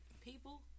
People